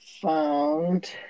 found